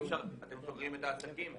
אתם סוגרים את העסקים.